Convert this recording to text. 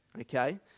Okay